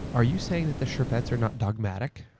are you saying that the sherpettes are not dogmatic?